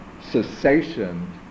cessation